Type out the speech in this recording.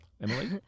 Emily